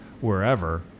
wherever